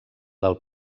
del